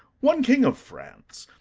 one king of france,